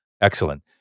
Excellent